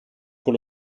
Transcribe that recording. con